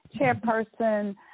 chairperson